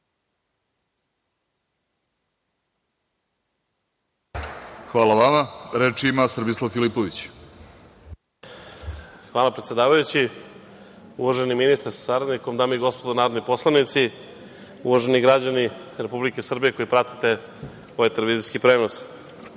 Filipović. **Srbislav Filipović** Hvala, predsedavajući. Uvaženi ministre sa saradnikom, dame i gospodo narodni poslanici, uvaženi građani Republike Srbije koji pratite ovaj televizijski prenos,